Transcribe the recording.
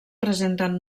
presenten